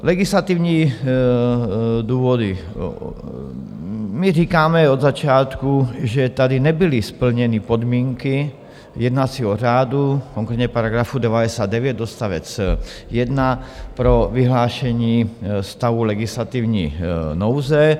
Legislativní důvody my říkáme od začátku, že tady nebyly splněny podmínky jednacího řádu, konkrétně § 99 odst. 1 pro vyhlášení stavu legislativní nouze.